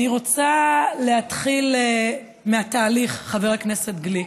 אני רוצה להתחיל מהתהליך, חבר הכנסת גליק,